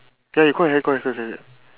ya you go ahead go ahead go ahead